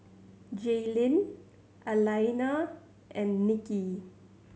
Jalyn Alaina and Nicki